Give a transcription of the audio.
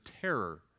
terror